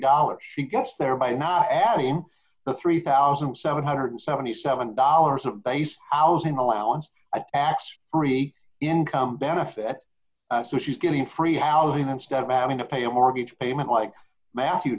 dollars she gets there by not having the three thousand seven hundred and seventy seven dollars a base housing allowance x free income benefit so she's getting free housing instead of having to pay a mortgage payment like matthew